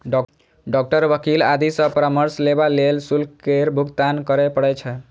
doctor, वकील आदि सं परामर्श लेबा लेल शुल्क केर भुगतान करय पड़ै छै